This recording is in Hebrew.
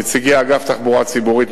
נציגי אגף תחבורה ציבורית,